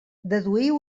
deduïu